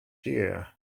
year